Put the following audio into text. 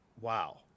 wow